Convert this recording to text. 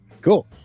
Cool